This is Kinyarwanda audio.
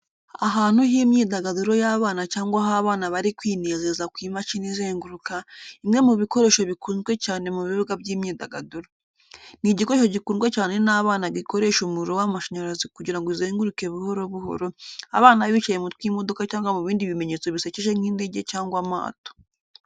Ahantu h'imyidagaduro y'abana cyangwa aho abana bari kwinezeza ku imashini izenguruka, imwe mu bikoresho bikunzwe cyane mu bibuga by'imyidagaduro. Ni igikoresho gikundwa cyane n'abana gikoresha umuriro w’amashanyarazi kugira ngo izenguruke buhoro buhoro, abana bicaye mu tw'imodoka cyangwa mu bindi bimenyetso bisekeje nk’indege cyangwa amato.